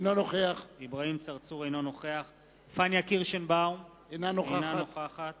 אינו נוכח פניה קירשנבאום, אינה נוכחת